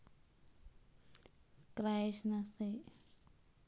क्रायसॅन्थेमममध्ये कळी येण्यापूर्वी पातळ केलेले खत घालणे फायदेशीर ठरते